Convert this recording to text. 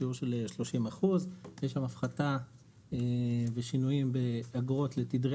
בשיעור של 30%. יש שם הפחתה ושינויים באגרות לתדרי